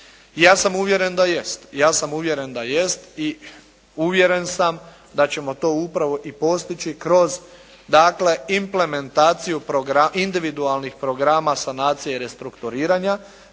Ja sam uvjeren da jest i uvjeren sam da ćemo to upravo i postići kroz dakle implementaciju individualnih programa sanacije i restrukturiranja